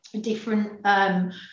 different